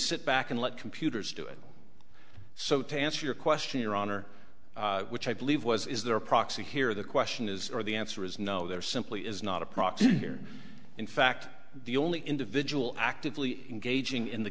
sit back and let computers do it so to answer your question your honor which i believe was is their proxy here the question is or the answer is no there simply is not a proxy here in fact the only individual actively engaging in the